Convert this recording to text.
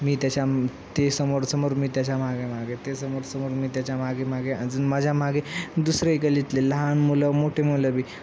मी त्याच्या ते समोर समोर मी त्याच्या मागे मागे ते समोर समोर मी त्याच्या मागे मागे अजून माझ्या मागे दुसरेही गल्लीतले लहान मुलं मोठे मुलं बी